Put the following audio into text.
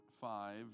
five